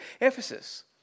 Ephesus